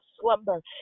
slumber